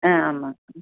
ஆ ஆமாம்